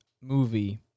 movie